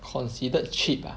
considered cheap ah